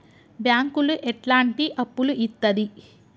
బ్యాంకులు ఎట్లాంటి అప్పులు ఇత్తది?